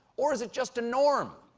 or is it just a norm?